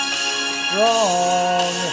strong